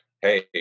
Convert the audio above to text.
hey